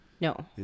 No